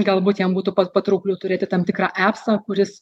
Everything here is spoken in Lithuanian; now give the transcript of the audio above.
galbūt jam būtų pat patraukliu turėti tam tikrą epsą kuris